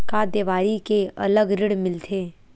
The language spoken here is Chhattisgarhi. का देवारी के अलग ऋण मिलथे?